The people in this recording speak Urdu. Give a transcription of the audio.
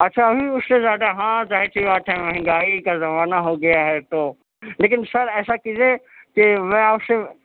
اچھا ابھی بھی اس سے زیادہ ہاں ظاہر سی بات ہے مہنگائی کا زمانہ ہو گیا ہے تو لیکن سر ایسا کیجیے کہ میں آپ سے